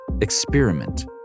Experiment